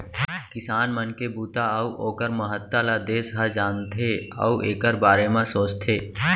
किसान मन के बूता अउ ओकर महत्ता ल देस ह जानथे अउ एकर बारे म सोचथे